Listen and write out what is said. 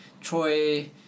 Troy